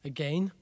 Again